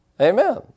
Amen